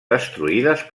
destruïdes